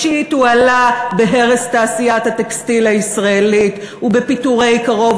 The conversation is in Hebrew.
הוא עלה בהרס תעשיית הטקסטיל הישראלית ובפיטורי קרוב